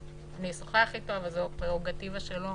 - אשוחח אתו אבל זה הפררוגטיבה שלו